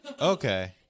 Okay